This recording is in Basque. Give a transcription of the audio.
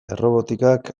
errobotikak